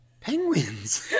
Penguins